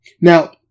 Now